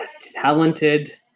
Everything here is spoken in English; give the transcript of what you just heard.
talented